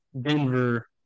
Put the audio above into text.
Denver